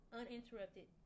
uninterrupted